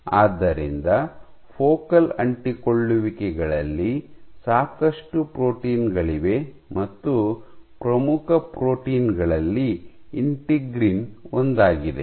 ಆದ್ದರಿಂದ ಫೋಕಲ್ ಅಂಟಿಕೊಳ್ಳುವಿಕೆಗಳಲ್ಲಿ ಸಾಕಷ್ಟು ಪ್ರೋಟೀನ್ ಗಳಿವೆ ಮತ್ತು ಪ್ರಮುಖ ಪ್ರೋಟೀನ್ ಗಳಲ್ಲಿ ಇಂಟಿಗ್ರಿನ್ ಒಂದಾಗಿದೆ